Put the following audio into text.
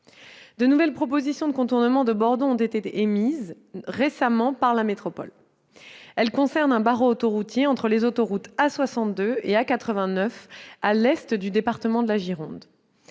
De nouvelles propositions de contournement de Bordeaux ont été émises récemment par la métropole. Elles concernent la création d'un barreau autoroutier entre les autoroutes A62 et A89, à l'est du département de la Gironde.